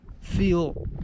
feel